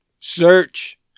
Search